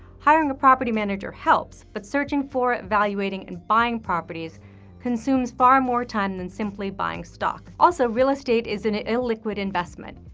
hiring a property manager helps, but searching for, evaluating, and buying properties consumes far more time than simply buying stocks. also, real estate is an ah illiquid investment.